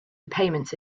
repayments